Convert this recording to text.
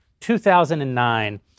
2009